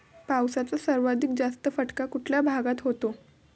पावसाचा सर्वाधिक जास्त फटका कुठल्या भागात होतो?